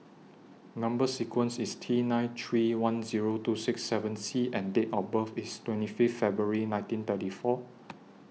Number sequence IS T nine three one Zero two six seven C and Date of birth IS twenty five February nineteen thirty four